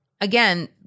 again